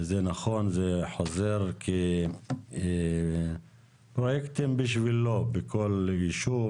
ונכון, זה חוזר כפרויקטים בשבילו בכל יישוב